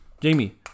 Jamie